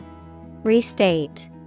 Restate